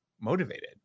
motivated